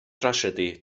drasiedi